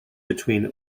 between